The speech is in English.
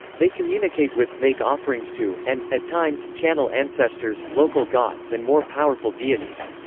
they communicate with, make offerings to, and, at times, channel ancestors, local gods and more powerful deities.